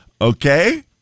Okay